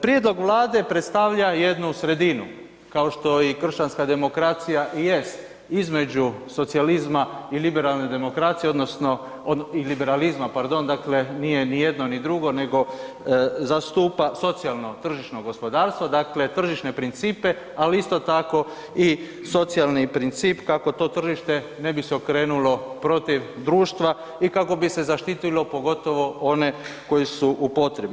Prijedlog Vlade predstavlja jednu sredinu, kao što i kršćanska demokracija i jest između socijalizma i liberalne demokracije odnosno i liberalizma pardon, dakle nije ni jedno ni drugo nego zastupa socijalno tržišno gospodarstvo, dakle tržišne principe, ali isto tako i socijalni princip kako to tržište ne bi se okrenulo protiv društva i kako bi se zaštitilo pogotovo one koji su u potrebi.